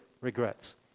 regrets